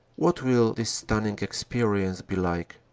what will this stunning experi ence be like?